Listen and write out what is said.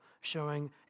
showing